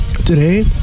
today